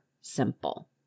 simple